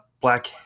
Black